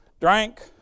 drank